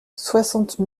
soixante